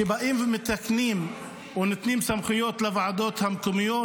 כשבאים ומתקנים או נותנים סמכויות לוועדות המקומיות,